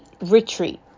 Retreat